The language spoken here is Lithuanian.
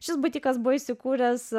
šis butikas buvo įsikūręs